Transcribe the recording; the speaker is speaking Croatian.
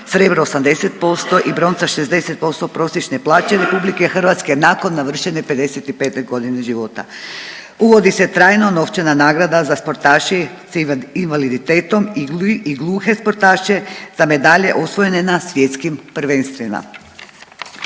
srebro 80% i bronca 60% prosječne plaće RH nakon navršene 55.g. života, uvodi se trajno novčana nagrada za sportaše s invaliditetom i gluhe sportaše za medalje osvojene na svjetskim prvenstvima,